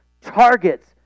targets